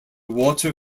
water